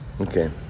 Okay